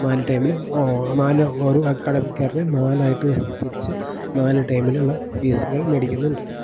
നാല് ടേമിലും നാല് ഒരു അക്കാഡമിക് ഇയറിനെ നാലായിട്ട് തിരിച്ച് നാല് ടേമിലുള്ള ഫീസുകൾ മേടിക്കുന്നുണ്ട്